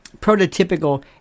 prototypical